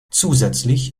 zusätzlich